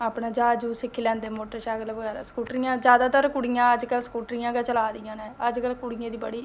अपने जाच सिक्खी लैंदे मोटरसैकल बगैरा दी स्कूटरियां जादैतर कुड़ियां अज्जकल स्कूटरियां गै चला दियां न अज्जकल कुड़ियें दी बड़ी